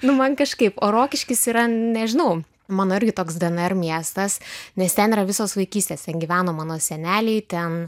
nu man kažkaip o rokiškis yra nežinau mano irgi toks dnr miestas nes ten yra visos vaikystės ten gyveno mano seneliai ten